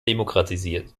demokratisiert